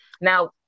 Now